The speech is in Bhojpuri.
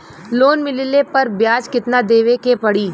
लोन मिलले पर ब्याज कितनादेवे के पड़ी?